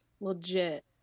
Legit